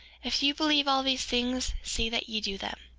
if you believe all these things see that ye do them.